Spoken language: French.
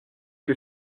que